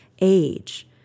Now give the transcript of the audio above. age